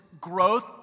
growth